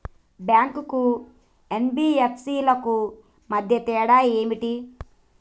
Bank కు NBFC కు మధ్య తేడా ఏమిటి?